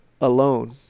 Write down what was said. alone